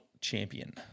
champion